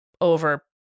over